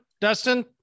Dustin